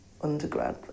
undergrad